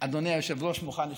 אדוני היושב-ראש, מוכן לשמוע.